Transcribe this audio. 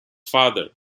father